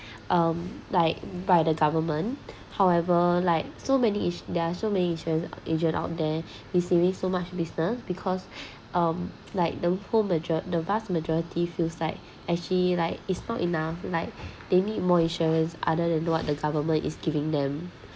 um like by the government however like so many insu~ there are so many insurance insurance out there it seems so much business because um like the whole major~ the vast majority feels like actually like it's not enough like they need more insurance other than what the government is giving them